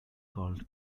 called